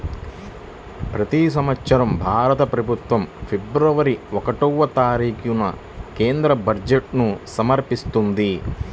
ప్రతి సంవత్సరం భారత ప్రభుత్వం ఫిబ్రవరి ఒకటవ తేదీన కేంద్ర బడ్జెట్ను సమర్పిస్తది